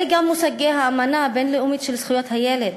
אלה גם מושגי האמנה הבין-לאומית בדבר זכויות הילד,